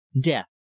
death